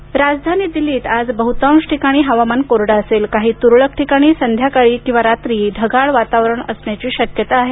हुवामान राजधानी दिल्लीत आज बहुतांश ठिकाणी हवामान कोरडं असेल काही तुरळक ठिकाणी संध्याकाळी किंवा रात्री ढगाळ वातावरण असण्याची शक्यता आहे